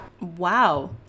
Wow